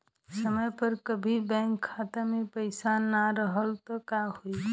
समय पर कभी बैंक खाता मे पईसा ना रहल त का होई?